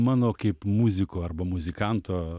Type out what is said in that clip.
mano kaip muziko arba muzikanto